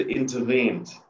intervened